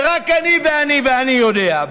ורק אני ואני ואני יודע,